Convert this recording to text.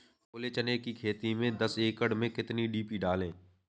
छोले चने की खेती में दस एकड़ में कितनी डी.पी डालें?